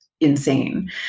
insane